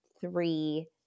three